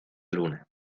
luna